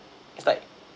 it's like